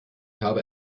habe